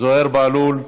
זוהיר בהלול.